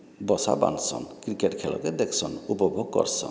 ଦଶା ବାଣ୍ଟସନ୍ କ୍ରିକେଟ୍ ଖେଳ୍ କେ ଦେଖସନ୍ ଉପଭୋଗ୍ କର୍ସନ୍